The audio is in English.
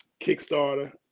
Kickstarter